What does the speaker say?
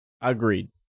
Agreed